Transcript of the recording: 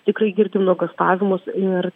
tikrai girdim nuogąstavimus ir